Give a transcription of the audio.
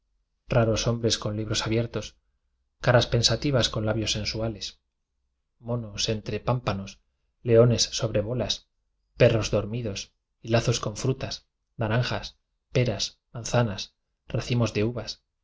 raros hombres con libros abiertos caras pensa tivas con labios sensuales monos entre pámpanos leones sobre bolas perros dor midos y lazos con frutas naranjas peras manzanas racimos de uvas